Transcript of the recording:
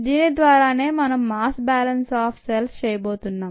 దీని ద్వారానే మనం మాస్ బాలన్స్ ఆన్ సెల్స్ చేయబోతున్నాం